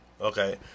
Okay